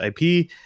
IP